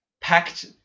packed